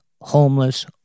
Homeless